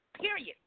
Period